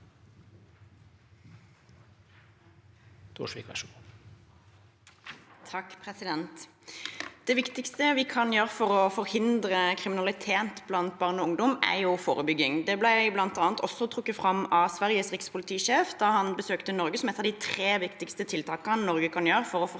Det vik- tigste vi kan gjøre for å forhindre kriminalitet blant barn og ungdom, er forebygging. Det ble bl.a. også trukket fram av Sveriges rikspolitisjef, da han besøkte Norge, som et av de tre viktigste tiltakene Norge kan gjøre for å forhindre at